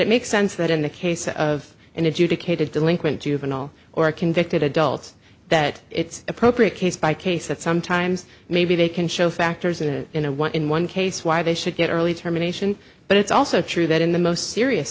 it makes sense that in the case of and adjudicated delinquent juvenile or convicted adults that it's appropriate case by case that sometimes maybe they can show factors in a in a one in one case why they should get early termination but it's also true that in the most serious